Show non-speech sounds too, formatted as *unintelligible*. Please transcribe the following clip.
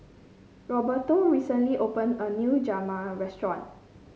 Roberto recently opened a new *unintelligible* Restaurant